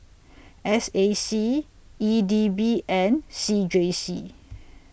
S A C E D B and C J C